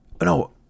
no